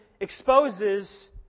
exposes